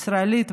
הישראלית,